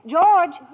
George